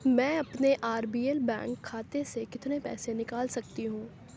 میں اپنے R B L bank کھاتے سے کتنے پیسے نکال سکتی ہوں